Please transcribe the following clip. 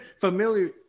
familiar